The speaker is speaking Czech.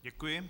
Děkuji.